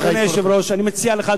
אני מציע לך,